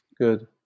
Good